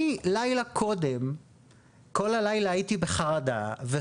אני לילה קודם כל הלילה הייתי בחרדה נוראית